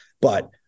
But-